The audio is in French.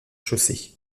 chaussée